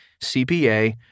CPA